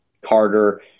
Carter